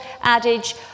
adage